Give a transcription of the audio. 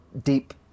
deep